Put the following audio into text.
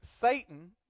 Satan